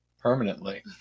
permanently